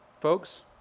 Folks